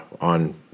on